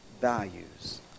values